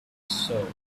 soul